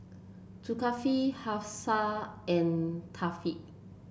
Zulkifli Hafsa and Thaqif